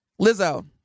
Lizzo